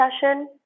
session